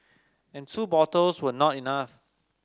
and two bottles were not enough